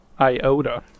iota